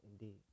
indeed